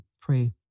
pray